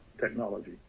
technology